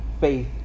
faith